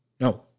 no